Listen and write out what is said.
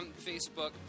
Facebook